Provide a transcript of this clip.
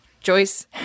Joyce